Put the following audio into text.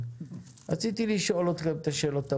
רציתי לשאול אתכם את השאלות הבאות: